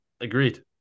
Agreed